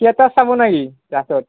theatre চাব নেকি ৰাসত